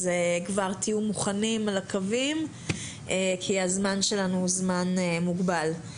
אז כבר תהיו מוכנים לקווים כי הזמן שלנו הוא זמן מוגבל.